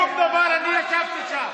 אין שום דבר, אני ישבתי שם.